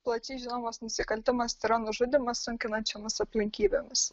plačiai žinomas nusikaltimas tai yra yra nužudymas sunkinančiomis aplinkybėmis